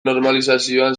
normalizazioan